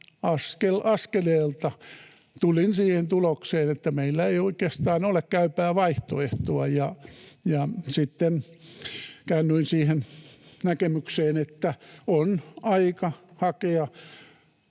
askelelta tulin siihen tulokseen, että meillä ei oikeastaan ole käypää vaihtoehtoa, ja sitten käännyin siihen näkemykseen, että on aika hakea